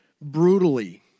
brutally